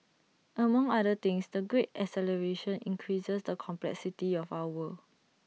among other things the great acceleration increases the complexity of our world